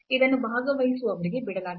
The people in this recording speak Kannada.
ಇದನ್ನು ಭಾಗವಹಿಸುವವರಿಗೆ ಬಿಡಲಾಗಿದೆ